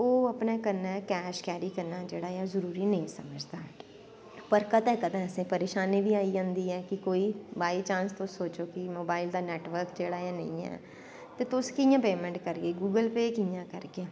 ओह् अपनै कन्नै कैश जेह्ड़ा कैरी करनी जरूरी नेंई समझदा पर कदैं कदैं असैं परेशानी बी आई जंदी ऐ कोई बाई चांच तुस सोचो कि मोबाईल दा नैटवर्क जेह्ड़ा नेंई ऐ ते तुस पेमैंट कियां करगे गुगल पे कियां करदे